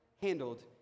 Handled